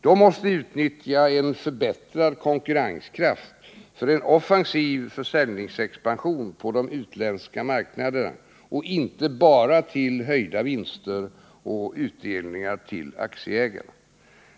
De måste utnyttja en förbättrad konkurrenskraft för en offensiv försäljningsexpansion på de utländska marknaderna och inte bara till höjda vinster och utdelningar till aktieägarna.